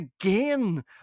again